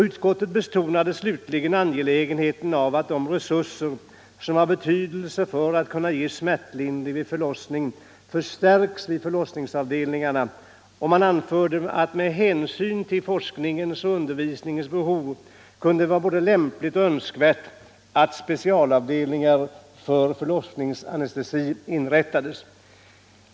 Utskottet betonade slutligen angelägenheten av att de resurser som är av betydelse för att man skall kunna ge smärtlindring vid förlossning förstärks vid förlossningsavdelningarna, och man anförde att med hänsyn till forskningens och undervisningens behov kunde det vara både lämpligt och önskvärt att specialavdelningar för förlossningsanestesi inrättas.